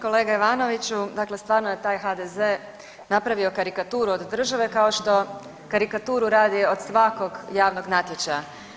Kolega Ivanoviću, dakle stvarno je taj HDZ napravio karikaturu od države kao što karikaturu radi od svakog javnog natječaja.